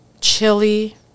chili